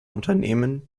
unternehmen